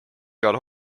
igal